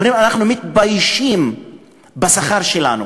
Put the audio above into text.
הם אומרים: אנחנו מתביישים בשכר שלנו,